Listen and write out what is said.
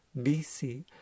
BC